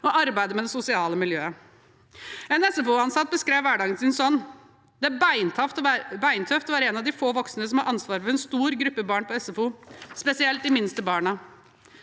og arbeidet med det sosiale miljøet. En SFO-ansatt beskrev hverdagen sin sånn: Det er beintøft å være en av de få voksne som har ansvar for en stor gruppe barn på SFO, spesielt de minste barna,